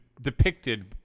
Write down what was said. depicted